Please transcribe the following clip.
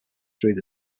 through